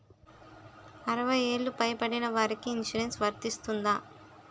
అరవై ఏళ్లు పై పడిన వారికి ఇన్సురెన్స్ వర్తిస్తుందా?